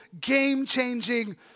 game-changing